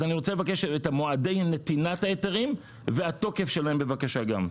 אז אני רוצה לבקש את מועדי נתינת ההיתרים והתוקף שלהם בבקשה גם.